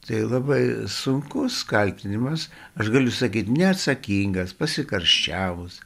tai labai sunkus kaltinimas aš galiu sakyt neatsakingas pasikarščiavus